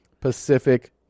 Pacific